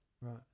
Right